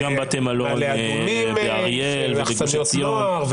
יש גם בתי מלון באריאל ובגוש עציון.